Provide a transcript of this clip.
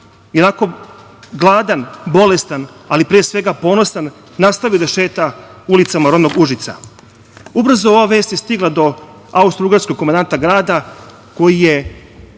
čast i gladan, bolestan, ali pre svega ponosan nastavio je da šeta ulicama rodnog Užica. Ubrzo ova vest je stigla do austrougarskog komandanta grada koji je